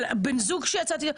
על בן זוג שיצאתי איתו.